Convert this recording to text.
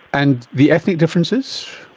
and the ethnic differences?